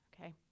okay